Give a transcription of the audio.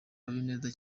habineza